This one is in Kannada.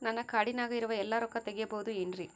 ನನ್ನ ಕಾರ್ಡಿನಾಗ ಇರುವ ಎಲ್ಲಾ ರೊಕ್ಕ ತೆಗೆಯಬಹುದು ಏನ್ರಿ?